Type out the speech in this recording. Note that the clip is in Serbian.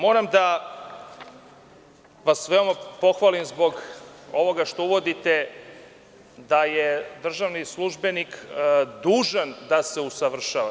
Moram da vas veoma pohvalim zbog ovoga što uvodite da je državni službenik dužan da se usavršava.